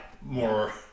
more